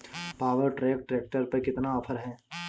Power track tractor पर कितना offer है?